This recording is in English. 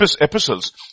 epistles